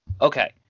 Okay